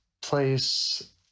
place